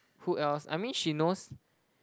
who else I mean she knows